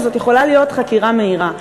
זאת יכולה להיות חקירה מהירה,